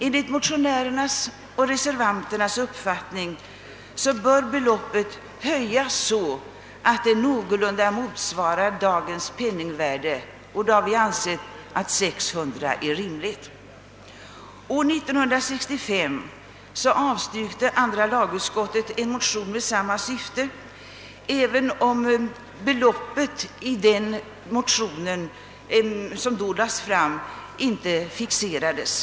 Enligt motionärernas och reservanternas uppfattning bör beloppet höjas så att det någorlunda motsvarar dagens penningvärde, och då har vi ansett att 600 kronor är ett rimligt belopp. År 1965 avstyrkte andra lagutskottet en motion med samma syfte. Beloppet hade i den motion som då lades fram inte fixerats.